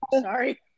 Sorry